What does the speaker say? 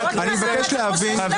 מבקש להבין.